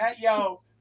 Yo